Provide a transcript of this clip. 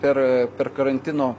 per per karantino